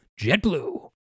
JetBlue